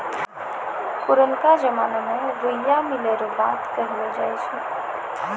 पुरनका जमाना मे रुइया मिलै रो बात कहलौ जाय छै